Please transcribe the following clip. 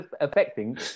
affecting